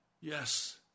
Yes